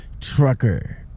Trucker